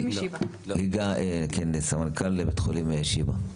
לי גת, סמנכ"לית אסטרטגיה, בית החולים שיבא.